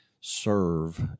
serve